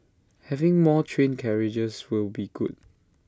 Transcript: having more train carriages will be good